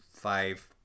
five